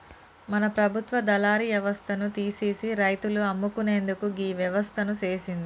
మన ప్రభుత్వ దళారి యవస్థను తీసిసి రైతులు అమ్ముకునేందుకు గీ వ్యవస్థను సేసింది